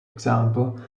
example